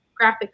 graphics